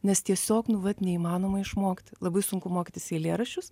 nes tiesiog nu vat neįmanoma išmokti labai sunku mokytis eilėraščius